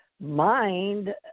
mind